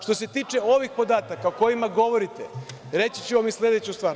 Što se tiče ovih podataka o kojima govorite, reći ću vam i sledeću stvar.